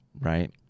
right